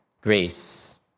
Grace